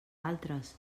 altres